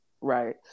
Right